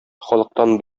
халыктан